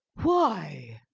why?